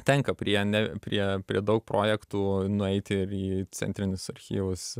tenka prie ne prie prie daug projektų nueiti į centrinius archyvus